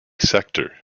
sector